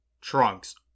Trunks